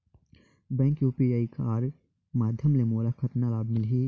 Bank UPI कर माध्यम ले मोला कतना लाभ मिली?